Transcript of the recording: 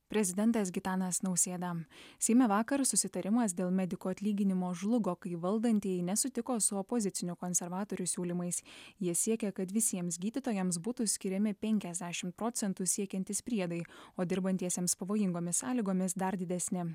prezidentas gitanas nausėda seime vakar susitarimas dėl medikų atlyginimo žlugo kai valdantieji nesutiko su opozicinių konservatorių siūlymais jie siekia kad visiems gydytojams būtų skiriami penkiasdešimt procentų siekiantys priedai o dirbantiesiams pavojingomis sąlygomis dar didesni